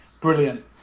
brilliant